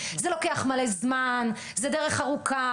זה לוקח מלא זמן; זו דרך ארוכה.